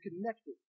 connected